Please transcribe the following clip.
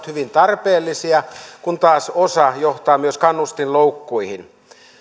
hyvin tarpeellisia kun taas osa johtaa myös kannustinloukkuihin